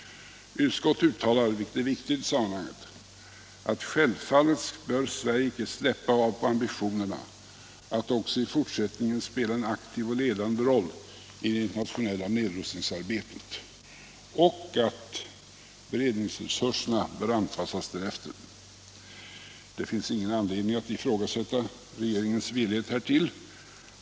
Utskottet uttalar, vilket är viktigt i sammanhanget: ”Självfallet bör Sverige inte släppa av på ambitionerna att också i fortsättningen spela en aktiv och ledande roll i det internationella nedrustningsarbetet. Beredningsresurserna torde få anpassas därefter.” — Det finns ingen anledning att ifrågasätta regeringens villighet därtill.